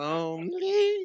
Lonely